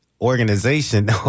organization